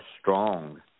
strong